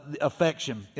affection